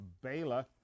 Baylor